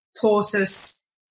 tortoise